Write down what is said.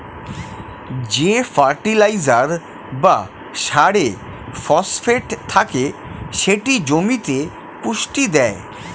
যে ফার্টিলাইজার বা সারে ফসফেট থাকে সেটি জমিতে পুষ্টি দেয়